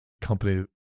company